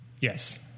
Yes